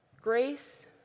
Grace